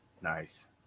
Nice